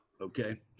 okay